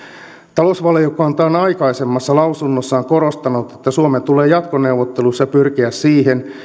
talousvaliokunta on aikaisemmassa lausunnossaan korostanut että suomen tulee jatkoneuvotteluissa pyrkiä siihen